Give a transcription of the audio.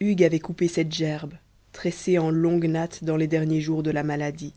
hugues avait coupé cette gerbe tressée en longue natte dans les derniers jours de la maladie